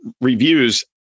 reviews